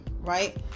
Right